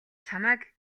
чамайг